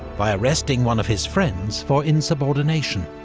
by arresting one of his friends for insubordination.